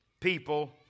people